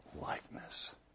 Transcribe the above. likeness